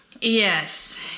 yes